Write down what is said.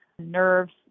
nerves